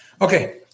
Okay